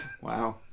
Wow